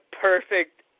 perfect